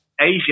Asia